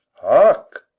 hark!